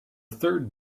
third